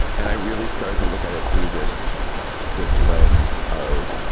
and i really started to look at it through this this lens of,